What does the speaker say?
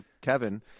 Kevin